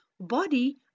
body